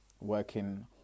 working